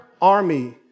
army